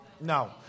no